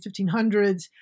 1500s